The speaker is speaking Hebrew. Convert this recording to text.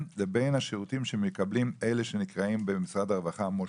לבין השירותים שמקבלים אלה שנקראים במשרד הרווחה מש"ה.